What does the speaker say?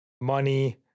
money